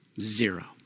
zero